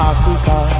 Africa